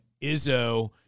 Izzo